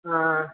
ஆ